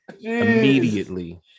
immediately